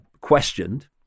questioned